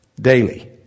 daily